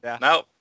No